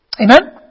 Amen